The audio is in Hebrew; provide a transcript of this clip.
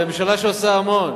זה ממשלה שעושה המון.